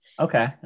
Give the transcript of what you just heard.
Okay